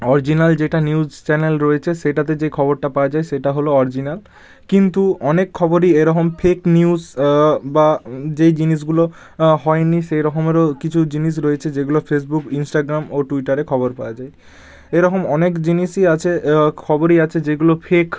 original যেটা news channel রয়েছে সেটাতে যে খবরটা পাওয়া যায় সেটা হল অরিজিনাল কিন্তু অনেক খবরই এ রকম ফেক নিউজ বা যেই জিনিসগুলো হয় নি সেই রকমেরও কিছু জিনিস রয়েছে যেগুলো ফেসবুক ইনস্টাগ্রাম ও টুইটারে খবর পাওয়া যায় এই রকম অনেক জিনিসই আছে খবরই আছে যেইগুলো ফেক